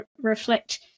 reflect